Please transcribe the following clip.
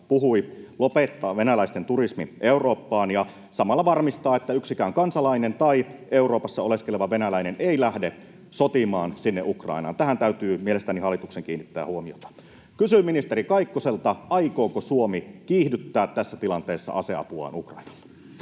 puhui, lopettaa venäläisten turismi Eurooppaan ja samalla varmistaa, että yksikään kansalainen tai Euroopassa oleskeleva venäläinen ei lähde sotimaan sinne Ukrainaan. Tähän täytyy mielestäni hallituksen kiinnittää huomiota. Kysyn ministeri Kaikkoselta: aikooko Suomi kiihdyttää tässä tilanteessa aseapuaan Ukrainalle?